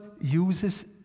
uses